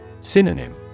Synonym